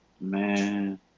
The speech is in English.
man